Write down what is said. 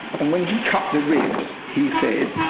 and when he cut the ribs, he said,